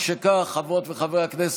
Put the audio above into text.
חברת הכנסת אורלי פרומן,